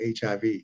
HIV